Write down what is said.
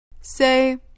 Say